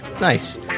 Nice